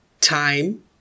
time